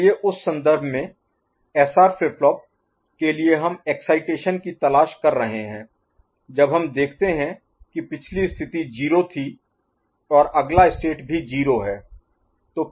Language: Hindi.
इसलिए उस संदर्भ में एसआर फ्लिप फ्लॉप के लिए हम एक्साइटेशन की तलाश कर रहे हैं जब हम देखते हैं कि पिछली स्थिति 0 थी और अगला स्टेट भी 0 है